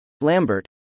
Lambert